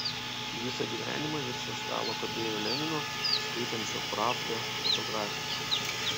visą gyvenimą virš jo stalo kabėjo lenino skaitančio pravdą fotografija